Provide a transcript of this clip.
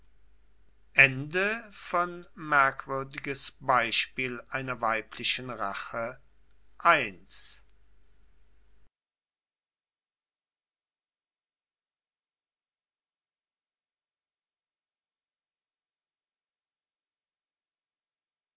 merkwürdiges beispiel einer weiblichen rache